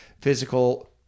physical